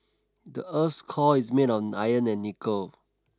the earth's core is made of iron and nickel